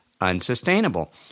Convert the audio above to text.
unsustainable